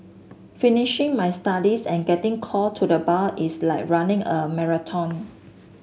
finishing my studies and getting called to the bar is like running a marathon